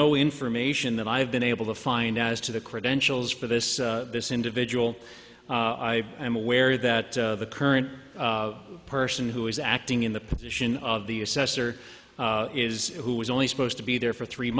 no information that i've been able to find as to the credentials for this this individual i am aware that the current person who is acting in the position of the assessor is who was only supposed to be there for three